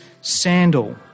sandal